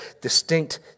distinct